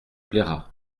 plaira